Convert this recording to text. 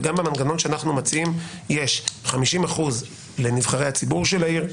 גם במנגנון שאנחנו מציעים יש 50% לנבחרי הציבור של העיר,